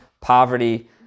poverty